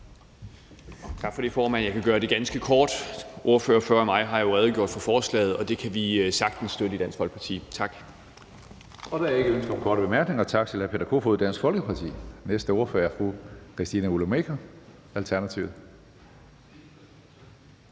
Tak for det, formand. Jeg kan gøre det ganske kort. Ordføreren før mig har jo redegjort for forslaget, og det kan vi sagtens støtte i Dansk Folkeparti. Tak. Kl. 15:49 Tredje næstformand (Karsten Hønge): Der er ikke ønske om korte bemærkninger. Tak til hr. Peter Kofod, Dansk Folkeparti. Næste ordfører er fru Christina Olumeko, Alternativet.